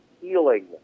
healing